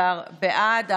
בעד.